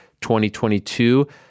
2022